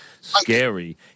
scary